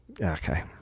Okay